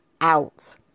out